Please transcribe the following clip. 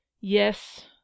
Yes